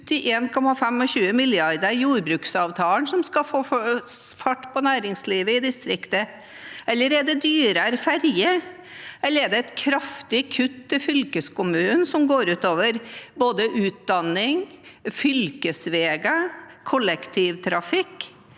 på 1,25 mrd. kr i jordbruksavtalen som skal få fart på næringslivet i distriktet? Er det dyrere ferjer? Er det et kraftig kutt til fylkeskommunen, som går ut over både utdanning, fylkesveier og kollektivtrafikk?